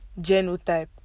Genotype